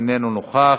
איננו נוכח.